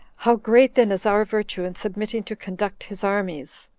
how great then is our virtue in submitting to conduct his armies!